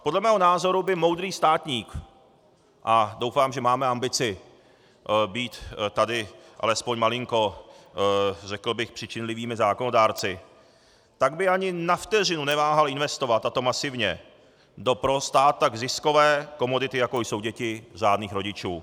Podle mého názoru by moudrý státník a doufám, že máme ambici být tady alespoň malinko, řekl bych, přičinlivými zákonodárci tak by ani na vteřinu neváhal investovat, a to masivně, do pro stát tak ziskové komodity, jako jsou děti řádných rodičů.